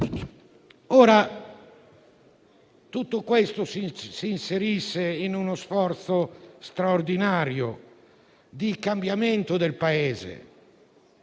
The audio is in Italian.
Ora, tutto questo si inserisce in uno sforzo straordinario di cambiamento del Paese;